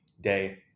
day